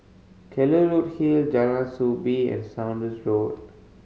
Kelulut Hill Jalan Soo Bee and Saunders Road